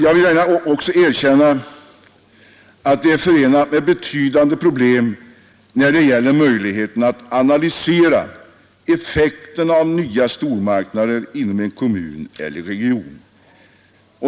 Jag vill också gärna erkänna att det är förenat med betydande problem att analysera effekterna av nya stormarknader inom en kommun eller en region.